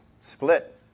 split